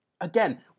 Again